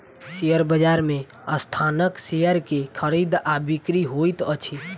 share बजार में संस्थानक शेयर के खरीद आ बिक्री होइत अछि